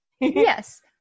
Yes